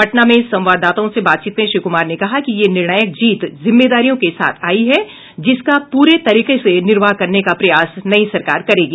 पटना में संवाददाताओं से बातचीत में श्री कुमार ने कहा कि यह निर्णायक जीत जिम्मेदारियों के साथ आयी है जिसका पूरे तरीके से निर्वाह करने का प्रयास नई सरकार करेगी